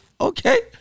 okay